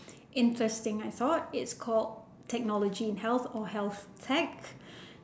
interesting I thought it's called technology in health or health tech